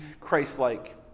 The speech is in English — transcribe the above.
Christ-like